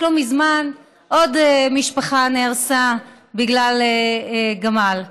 רק לא מזמן עוד משפחה נהרסה בגלל גמל.